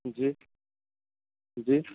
جی جی